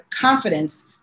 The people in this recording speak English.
confidence